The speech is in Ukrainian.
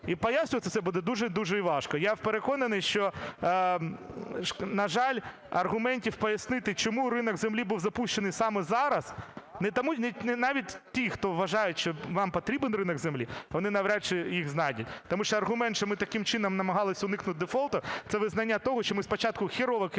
І пояснювати це буде дуже і дуже важко. Я переконаний, що, на жаль, аргументів пояснити, чому ринок землі був запущений саме зараз… Не тому… Навіть ті, хто вважає, що нам потрібен ринок землі, вони навряд чи їх знайдуть. Тому що аргумент, що ми таким чином намагалися уникнути дефолту, це визнання того, що ми спочатку херово